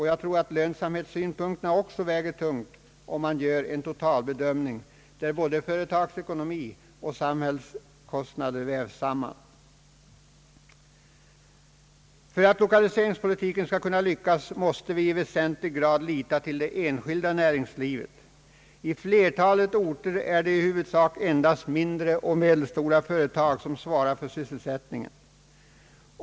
Jag tror också att lönsamhetssynpunkterna väger tungt om man gör en totalbedömning, där både företagsekonomi och samhällskostnader vävs samman. För att lokaliseringspolitiken skall lyckas måste vi i väsentlig grad lita till det enskilda näringslivet. I flertalet orter är det i huvudsak endast mindre och medelstora företag som svarar för sysselsättningen.